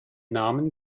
namen